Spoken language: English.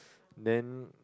then